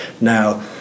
now